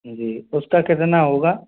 जी उसका कितना होगा